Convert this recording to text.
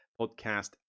podcast